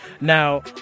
Now